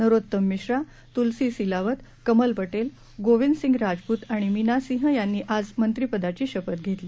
नरोत्तम मिश्रा तुलसी सिलावत कमल पांजि गोविंद सिंग राजपूत आणि मीना सिंह यांनी आज मंत्रीपदाची शपथ घेतली